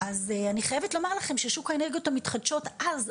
אז אני חייבת לומר לכם ששוק האנרגיות המתחדשות אז,